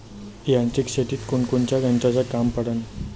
यांत्रिक शेतीत कोनकोनच्या यंत्राचं काम पडन?